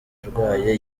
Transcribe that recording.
arwaye